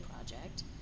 project